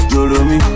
Jolomi